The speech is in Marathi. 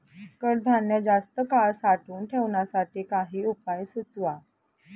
कडधान्य जास्त काळ साठवून ठेवण्यासाठी काही उपाय सुचवा?